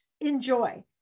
enjoy